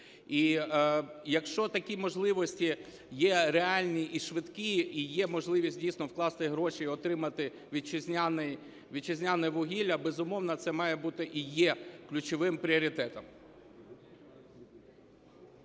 І якщо такі можливості є реальні і швидкі, і є можливість дійсно вкласти гроші, отримати вітчизняне вугілля, безумовно, це має бути і є ключовим пріоритетом.